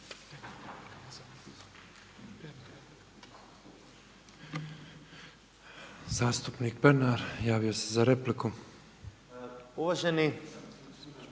Zastupnik Pernar javio se za repliku. **Pernar,